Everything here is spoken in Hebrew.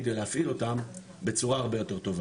כדי להפעיל אותם בצורה הרבה יותר טובה.